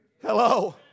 Hello